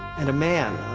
and a man,